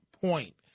point